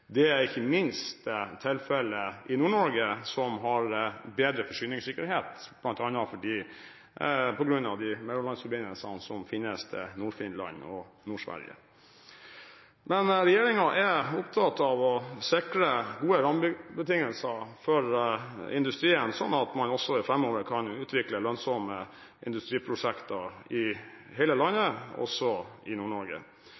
er ikke minst tilfellet i Nord-Norge, som har bedre forsyningssikkerhet, bl.a. på grunn av mellomlandsforbindelsene som finnes til Nord-Finland og Nord-Sverige. Regjeringen er opptatt av å sikre gode rammebetingelser for industrien, sånn at man framover kan utvikle lønnsomme industriprosjekter i hele